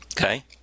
Okay